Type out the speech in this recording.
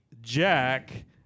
Jack